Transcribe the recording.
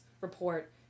report